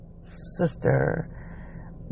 sister